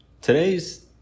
Today's